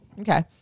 okay